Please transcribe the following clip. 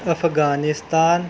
Afghanistan